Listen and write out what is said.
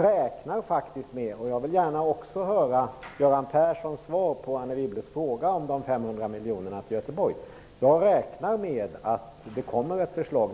Också jag vill gärna höra Göran Perssons svar på Anne Wibbles fråga om de 500 miljonerna till Göteborg. Jag räknar med att det nästa år kommer ett förslag